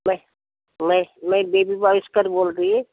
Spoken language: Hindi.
मैं मैं मैं बेबी बाविस्कर बोल रही है